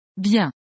Bien